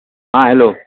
आं हॅलो